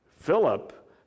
Philip